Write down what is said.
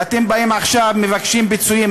ואתם באים עכשיו ומבקשים פיצויים.